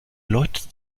leute